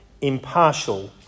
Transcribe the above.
impartial